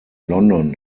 london